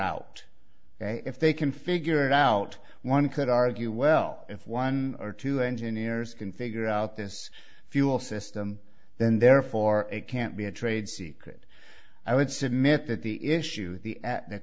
out if they can figure it out one could argue well if one or two engineers can figure out this fuel system then therefore it can't be a trade secret i would submit that the issue the